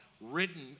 written